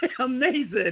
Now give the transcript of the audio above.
Amazing